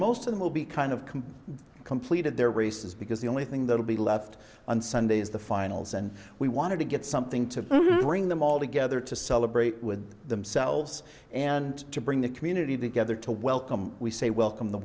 most of them will be kind of come completed their reeses because the only thing that will be left on sunday is the finals and we want to get something to bring them all together to celebrate with them selves and to bring the community together to welcome we say welcome the